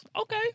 okay